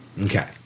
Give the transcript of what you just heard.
Okay